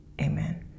amen